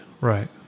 right